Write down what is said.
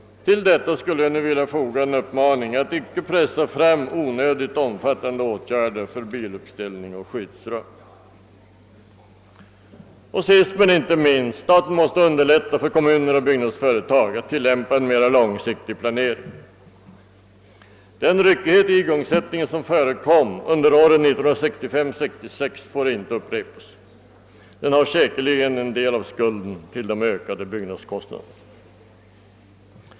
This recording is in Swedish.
Till detta skulle jag nu vilja foga en uppmaning att inte pressa fram onödigt omfattande åtgärder för biluppställning och skyddsrum. Och sist men inte minst: Staten måste underlätta för kommuner och byggnadsföretag att tillämpa en mera långsiktig planering. Den ryckighet i igångsättningen som förekom under åren 1965 och 1966 får inte upprepas. Den har säkerligen en del av skulden till de ökade byggnadskostnaderna.